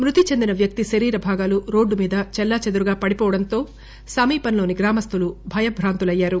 మృతిచెందిన వ్యక్తి శరీర భాగాలు రోడ్డుమీద చెల్లాచెదురుగా పడిపోవడంతో సమీపంలోని గ్రామస్టులు భయభ్రాంతులయ్యారు